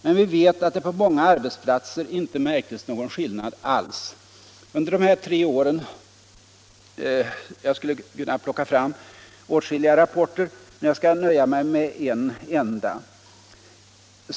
Men vi vet att det på många arbetsplatser inte märkts någon skillnad alls under dessa tre år. Jag skulle kunna plocka fram åtskilliga rapporter, men jag skall nöja mig med en enda.